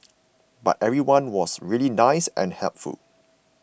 but everyone was really nice and helpful